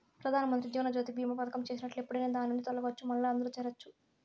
పెదానమంత్రి జీవనజ్యోతి బీమా పదకం చేసినట్లు ఎప్పుడైనా దాన్నిండి తొలగచ్చు, మల్లా అందుల చేరచ్చు